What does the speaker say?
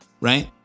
right